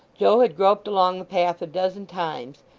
joe had groped along the path a dozen times,